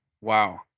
Wow